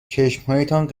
چشمهایتان